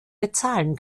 bezahlen